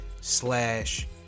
slash